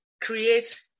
create